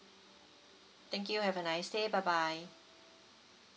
thank you have a nice day bye bye